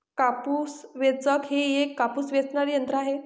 कापूस वेचक हे एक कापूस वेचणारे यंत्र आहे